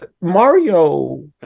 mario